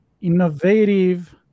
innovative